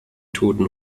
toten